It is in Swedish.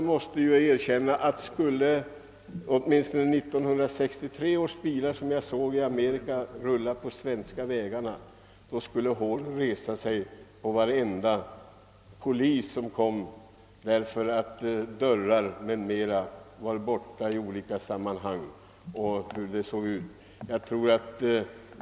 Om åtminstone 1963 års bilar, som jag såg vid en resa i Amerika, skulle rulla på de svenska vägarna, skulle håren resa sig på varenda polis som såg dem — dörrar och andra delar saknades.